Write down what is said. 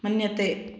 मन्यते